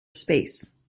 space